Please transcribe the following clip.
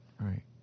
right